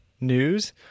news